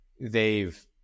they've-